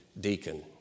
deacon